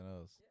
else